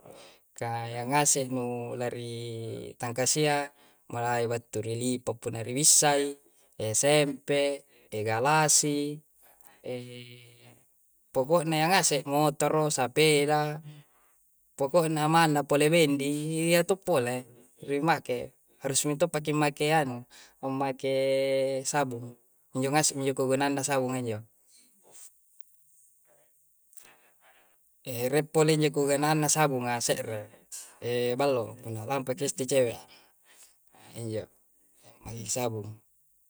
Ka iyya ngase nu la rikatangsiyya, mulai battu ri lipa' punna ri bissai, esempe, egalasi, poko'na iyya ngase'. Motoro, sapeda, poko'na manna pole bendi iya to' pole rimake. Harus mintoppaki mmake anu, ammake sabung. Injo ngase mi njo kegunaanna sabunga njo. Erie pole njo keguananna sabunga, se're. Eballo punna lampaki sitte cewek a, injo, ammake ki sabung.